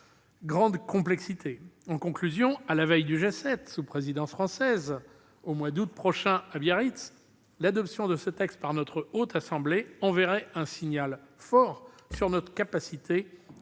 grande complexité. En conclusion, à la veille du G7, sous présidence française, au mois d'août prochain, à Biarritz, l'adoption de cette proposition de loi par la Haute Assemblée enverrait un signal fort sur notre capacité à